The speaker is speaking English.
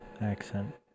accent